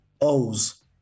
O's